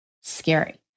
scary